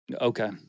Okay